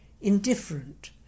indifferent